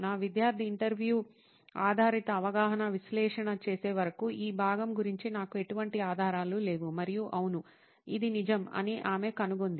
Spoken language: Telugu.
నా విద్యార్థి ఇంటర్వ్యూ ఆధారిత అవగాహన విశ్లేషణ చేసే వరకు ఈ భాగం గురించి నాకు ఎటువంటి ఆధారాలు లేవు మరియు అవును ఇది నిజం అని ఆమె కనుగొంది